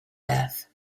death